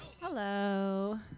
Hello